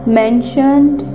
mentioned